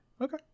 Okay